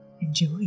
Enjoy